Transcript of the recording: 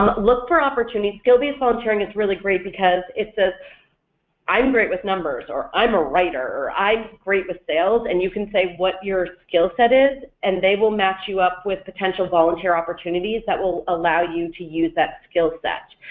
um look for opportunities skill be as volunteering it's really great because it says i'm great with numbers, or i'm a writer, i'm great with sales and you can say what your skill set is and they will match you up with potential volunteer opportunities that will allow you to use that skill set.